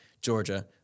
Georgia